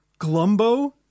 Glumbo